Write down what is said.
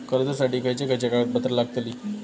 कर्जासाठी खयचे खयचे कागदपत्रा लागतली?